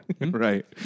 Right